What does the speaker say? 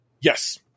Yes